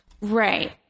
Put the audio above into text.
Right